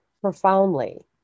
Profoundly